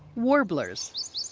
warblers,